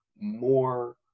more